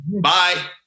Bye